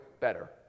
better